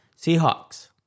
Seahawks